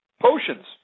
potions